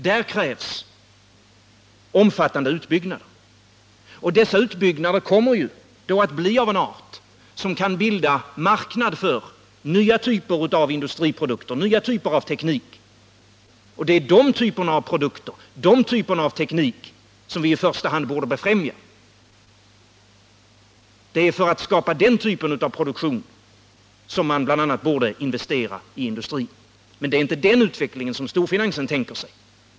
Där krävs omfattande utbyggnader, och dessa utbyggnader kommer ju då att bli av en art, som kan bilda marknad för nya typer av industriprodukter, nya typer av teknik, och det är dessa typer av produkter och teknik som vi i första hand borde befrämja. Det är för att skapa den typen av produktion som man bl.a. borde investera i industrin. Men det är inte den utvecklingen som storfinansen tänker sig.